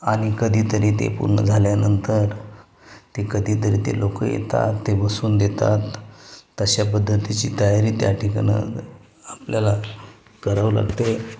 आणि कधी तरी ते पूर्ण झाल्यानंतर ते कधी तरी ते लोकं येतात ते बसवून देतात तशा पद्धतीची तयारी त्या ठिकाणं आपल्याला करावं लागते